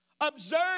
observe